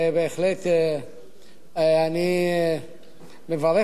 ובהחלט אני מברך אותו.